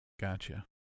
Gotcha